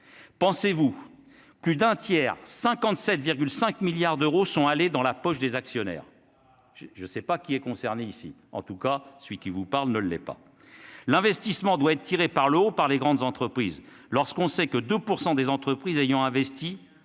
pensez-vous plus d'un tiers, 57 5 milliards d'euros sont allés dans la poche des actionnaires, je sais pas qui est concerné, ici, en tout cas, celui qui vous parle ne l'est pas l'investissement doit être tirée par le haut, par les grandes entreprises, lorsqu'on sait que 2 % des entreprises ayant investi